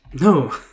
No